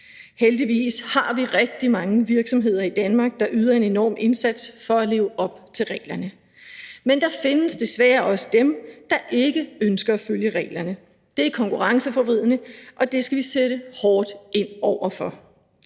Heldigvis har vi rigtig mange virksomheder i Danmark, der yder en enorm indsats for at leve op til reglerne. Men der findes desværre også dem, der ikke ønsker at følge reglerne. Det er konkurrenceforvridende, og det skal vi sætte hårdt ind over for.